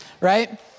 right